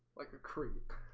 like a creep.